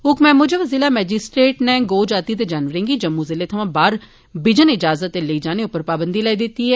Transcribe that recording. हुक्मै मुजब जिला मैजिस्ट्रेट नै गोजातिए जानवरें गी जम्मू ज़िले थवां बाह्र बिजन इजाजत दे लेई जाने उप्पर पाबंदी लाई दित्ती दी ऐ